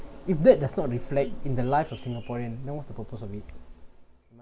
if that does not reflect in the lives of singaporeans know what's the purpose of it